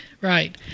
Right